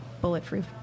bulletproof